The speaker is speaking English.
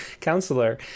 counselor